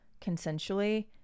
consensually